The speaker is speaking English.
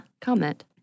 comment